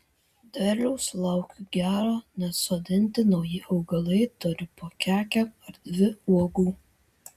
derliaus laukiu gero net sodinti nauji augalai turi po kekę ar dvi uogų